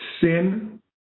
sin